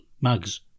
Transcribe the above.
Mugs